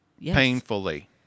painfully